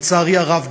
לצערי הרב,